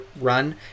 run